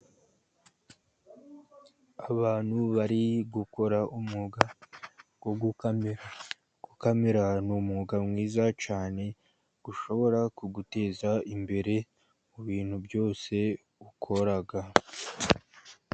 Abantu bari gukora umwuga wo gukamera. Gukamera ni umwuga mwiza cyane, ushobora kuguteza imbere mu bintu byose ukora.